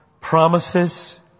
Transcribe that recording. promises